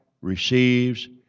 receives